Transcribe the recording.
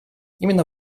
именно